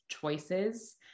choices